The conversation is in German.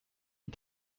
wie